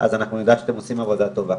אז נדע שאתם עושים עבודה טובה.